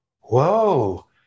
Whoa